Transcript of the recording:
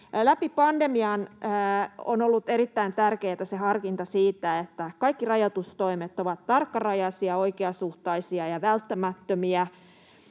Läpi pandemian on ollut erittäin tärkeätä harkinta siitä, että kaikki rajoitustoimet ovat tarkkarajaisia, oikeasuhtaisia ja välttämättömiä.